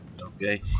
Okay